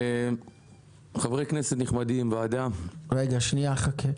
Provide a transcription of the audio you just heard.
חברי כנסת נכבדים, ועדה --- שנייה, חכה.